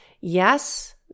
Yes